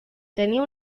tenía